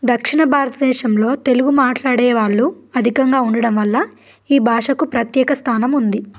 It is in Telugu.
దక్షిణ భారతదేశంలో తెలుగు మాట్లాడే వాళ్ళు అధికంగా ఉండడం వల్ల ఈ భాషకు ప్రత్యేక స్థానం ఉంది